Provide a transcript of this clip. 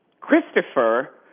Christopher